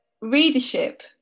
readership